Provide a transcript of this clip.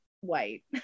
white